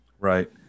Right